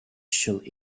should